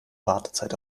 wartezeit